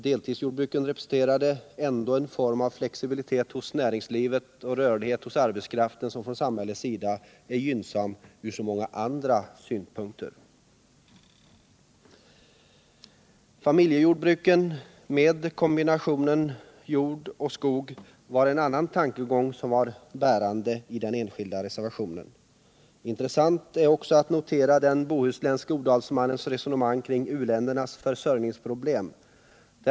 Deltidsjordbruken representerade ändå en form av flexibilitet hos näringslivet och rörlighet hos arbetskraften som för samhället är gynnsam från så många andra synpunkter. Familjejordbruken med kombinationen jord och skog var en annan bärande tankegång i den enskilda reservationen. Intressant är också att notera den bohuslänske odalmannens resonemang kring u-ländernas försörjningsproblem.